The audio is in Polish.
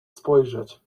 spojrzeć